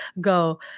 Go